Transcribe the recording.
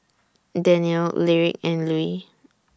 Danniel Lyric and Lue